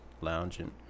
lounging